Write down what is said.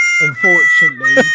unfortunately